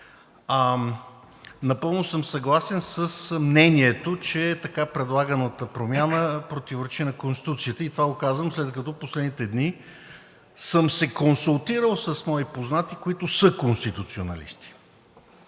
Напълно съм съгласен с мнението, че така предлаганата промяна противоречи на Конституцията. Това го казвам, след като в последните дни съм се консултирал с мои познати, които са конституционалисти.